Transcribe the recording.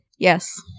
Yes